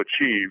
achieve